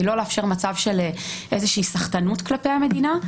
לא לאפשר מצב של איזושהי סחטנות כלפי המדינה.